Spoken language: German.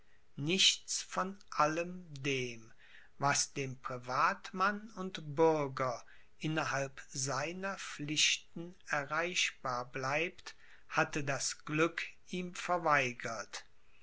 nichts von allem dem was dem privatmann und bürger innerhalb seiner pflichten erreichbar bleibt hatte das glück ihm verweigert